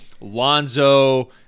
lonzo